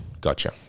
gotcha